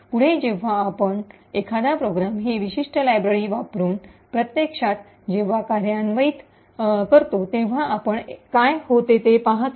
पुढे जेव्हा आम्ही एखादा प्रोग्राम हि विशिष्ट लायब्ररी वापरून प्रत्यक्षात जेव्हा कार्यान्वित एस्कीक्यूट executes करतो तेव्हा आपण काय होते ते पाहतो